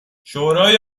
شورای